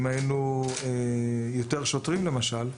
אם היו יותר שוטרים למשל,